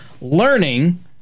learning